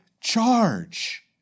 charge